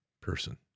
person